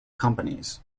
companies